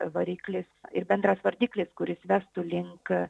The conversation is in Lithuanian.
variklis ir bendras vardiklis kuris vestų link